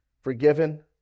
forgiven